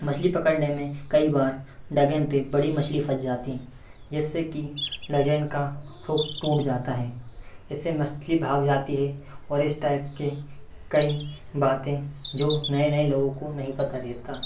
मछली पकड़ने में कई बार डगेन पे बड़ी मछली फँस जाती हैं जिससे कि डगेन का हुक टूट जाता है इससे मछली भाग जाती है और इस टाइप के कई बातें जो नए नए लोगों को नहीं पता रहता